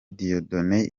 dieudonne